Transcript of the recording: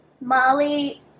Molly